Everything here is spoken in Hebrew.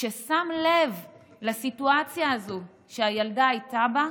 ששם לב לסיטואציה הזו שהילדה הייתה בה,